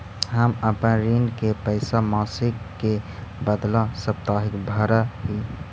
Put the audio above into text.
हम अपन ऋण के पैसा मासिक के बदला साप्ताहिक भरअ ही